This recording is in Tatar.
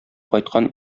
кайткан